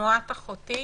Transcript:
תנועת אחותי,